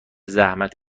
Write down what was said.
زحمت